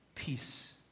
peace